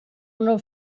una